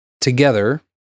Together